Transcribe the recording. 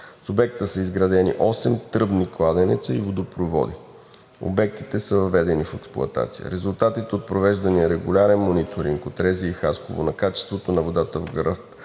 В обекта са изградени осем тръбни кладенеца и водопроводи. Обектите са въведени в експлоатация. Резултатите от провеждания регулярен мониторинг от РЗИ – Хасково, на качеството на водата в града